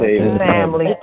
family